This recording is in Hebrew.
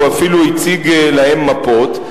והוא אפילו הציג להם מפות.